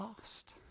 lost